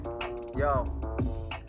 yo